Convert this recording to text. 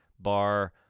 bar